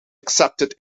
accepted